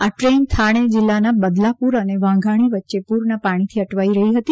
આ ટ્રેન થાણે જિલ્લાના બદલાપુર અને વાંઘાણી વચ્ચે પુરના પાણીથી અટવાઇ ગઇ હતી